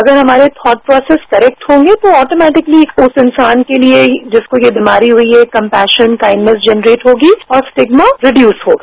अगर हमारे thought process correct हॉगे तो ऑटोमेटिकली उस इंसान के लिए जिसको यह बीमारी हुई है एक कम्पेशन काइंडनेस जेनरेट होगी और स्टिग्मा रिक्व्रस होगा